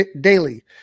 daily